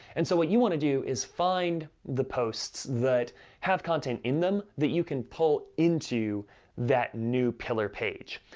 and so what you wanna do is find the posts that have content in them that you can pull into that new pillar page.